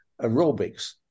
aerobics